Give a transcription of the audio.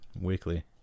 Weekly